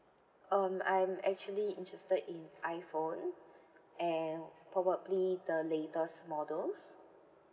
um I'm actually interested in iphone and probably the latest models